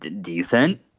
decent